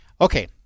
Okay